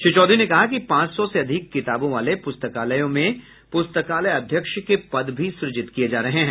श्री चौधरी ने कहा कि पांच सौ से अधिक किताबों वाले पुस्ताकालयों में पुस्तकालयाध्यक्ष के पद भी सुजित किये जा रहे हैं